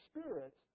Spirit